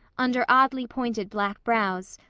under oddly-pointed black brows,